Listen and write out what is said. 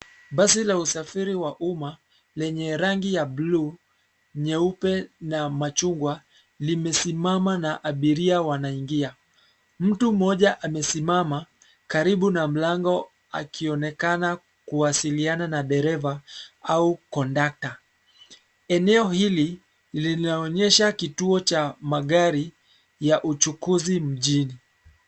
Basi la usafiri wa umma, lenye rangi ya buluu, nyeupe na machungwa, limesimama na abiria wanaingia. Mtu mmoja amesimama karibu na mlango akionekana kuwasiliana na dereva au kondakta. Eneo hili, linaonyesha kituo cha magari ya uchukuzi mjini.